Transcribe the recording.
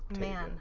man